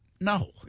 No